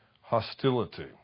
hostility